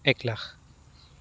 এক লাখ